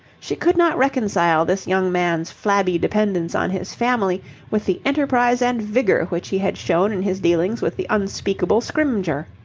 she could not reconcile this young man's flabby dependence on his family with the enterprise and vigour which he had shown in his dealings with the unspeakable scrymgeour.